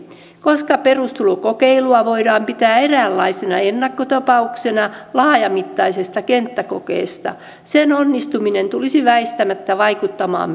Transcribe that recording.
koska perustulokokeilua voidaan pitää eräänlaisena ennakkotapauksena laajamittaisesta kenttäkokeesta sen onnistuminen tulisi väistämättä vaikuttamaan